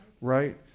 right